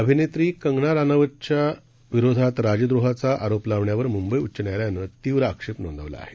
अभिनेत्री कंगना राणावतच्या विरोधात राजद्रोहाचा आरोप लावण्यावर मुंबई उच्च न्यायालयानं तीव्र आक्षेप नोंदवला आहे